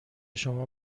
شما